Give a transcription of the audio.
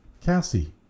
Cassie